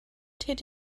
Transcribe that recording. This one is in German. tät